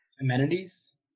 Amenities